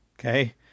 Okay